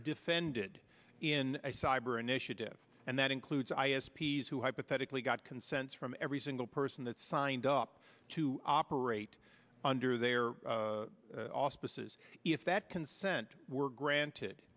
defended in a cyber initiative and that includes ai s p s who hypothetically got consent from every single person that signed up to operate under their auspices if that consent were granted